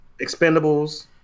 Expendables